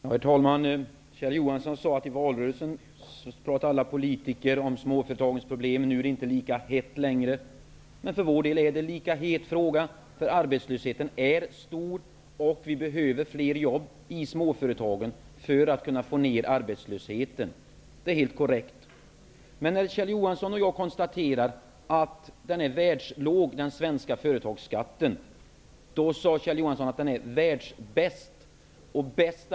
Herr talman! Kjell Johansson sade att alla politiker i valrörelsen talade om småföretagens problem och att det inte längre är ett lika hett debattämne. För vår del, säger han, är det faktiskt en lika het fråga. Arbetslösheten är ju stor. Det behövs fler jobb i småföretagen för att det skall vara möjligt att minska arbetslösheten. Ja, det är helt korrekt. Kjell Johansson och jag konstaterar att den svenska företagsskatten är världslåg. Men Kjell Johansson sade också att den är världsbäst.